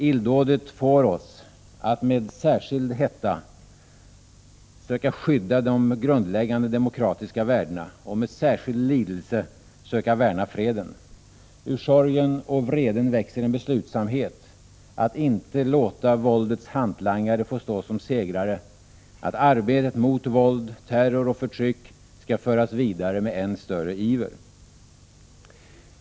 Illdådet får oss att med särskild hetta söka skydda de grundläggande demokratiska värdena och med särskild lidelse söka värna freden. Ur sorgen och vreden växer en beslutsamhet: att inte låta våldets hantlangare få stå som segrare, att arbetet mot våld, terror och förtryck skall föras vidare med än större iver.